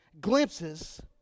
glimpses